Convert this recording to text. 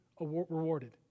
rewarded